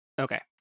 Okay